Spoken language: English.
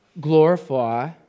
Glorify